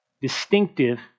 distinctive